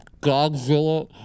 Godzilla